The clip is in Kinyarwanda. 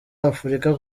afurika